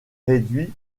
réduits